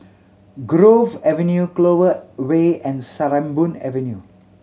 Grove Avenue Clover Way and Sarimbun Avenue